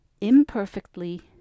imperfectly